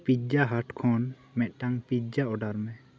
pizza Hut ᱠᱷᱚᱱ ᱢᱤᱫᱴᱟᱝ pizza order ᱢᱮ